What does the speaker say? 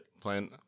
Playing